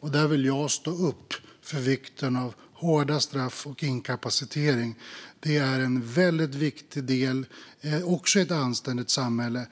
Där vill jag stå upp för vikten av hårda straff och inkapacitering. Detta är också en väldigt viktig del i ett anständigt samhälle.